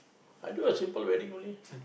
I do a simple wedding only